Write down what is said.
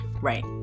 Right